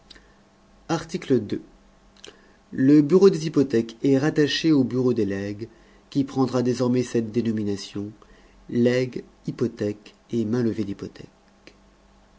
article le bureau des hypothèques est rattaché au bureau des legs qui prendra désormais cette dénomination legs hypothèques et mainlevées d'hypothèques